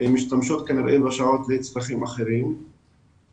משתמשות כנראה בשעות לצרכים אחרים,